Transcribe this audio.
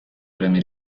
premi